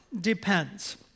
depends